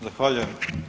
Zahvaljujem.